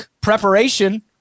preparation